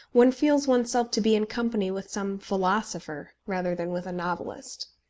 one feels oneself to be in company with some philosopher rather than with a novelist.